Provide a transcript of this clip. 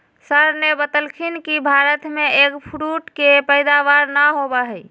sir ने बतल खिन कि भारत में एग फ्रूट के पैदावार ना होबा हई